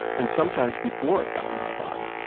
and sometime before it got in my body,